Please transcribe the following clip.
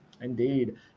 Indeed